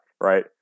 right